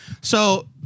So-